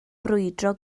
brwydro